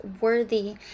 worthy